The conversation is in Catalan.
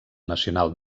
nacional